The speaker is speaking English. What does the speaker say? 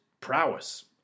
prowess